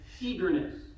Eagerness